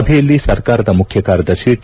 ಸಭೆಯಲ್ಲಿ ಸರ್ಕಾರದ ಮುಖ್ಯಕಾರ್ಯದರ್ಶಿ ಟ